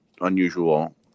unusual